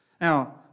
Now